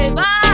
bye